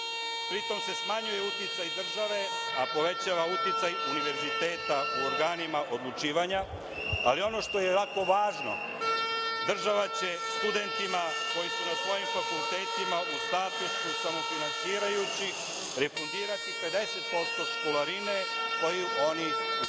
pritom se smanjuje uticaj države, a povećava uticaj univerziteta u organima odlučivanja. Ono što je jako važno, država će studentima koji su na svojim fakultetima u statusu samofinansirajućih refundirati 50% školarine, koju oni uplaćuju